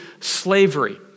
slavery